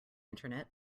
internet